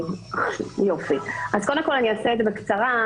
אז קודם כל, אני אעשה את זה בקצרה.